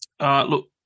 Look